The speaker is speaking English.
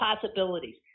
possibilities